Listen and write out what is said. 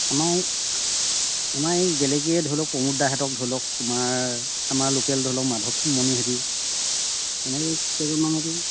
আমাৰ আমাৰ এই গেলেকীৰে ধৰি লওক প্ৰমোদাহঁতক ধৰি লওক আমাৰ আমাৰ লোকেল ধৰি লওক মাধৱমণিহঁত এনেকৈ কেইজনমান